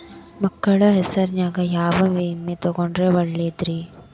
ಮಕ್ಕಳ ಹೆಸರಿನ್ಯಾಗ ಯಾವ ವಿಮೆ ತೊಗೊಂಡ್ರ ಒಳ್ಳೆದ್ರಿ?